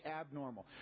abnormal